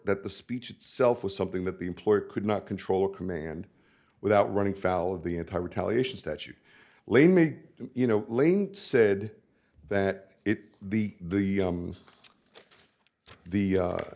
that the speech itself was something that the employer could not control command without running afoul of the entire retaliations that you lay may you know said that it the the the the